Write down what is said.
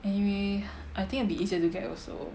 anyway I think it'll be easier to get also